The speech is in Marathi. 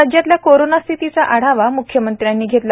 राज्यातल्या कोरोना स्थितीचा आढावा म्ख्यमंत्र्यांनी घेतला